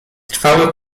trwało